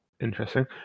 interesting